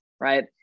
right